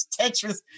Tetris